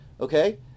Okay